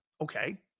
Okay